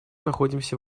находимся